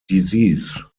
disease